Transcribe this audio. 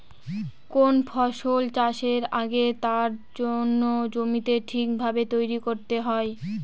কোন ফসল চাষের আগে তার জন্য জমিকে ঠিক ভাবে তৈরী করতে হয়